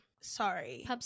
sorry